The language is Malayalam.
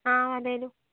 ആ അതേലോ